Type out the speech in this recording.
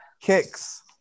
kicks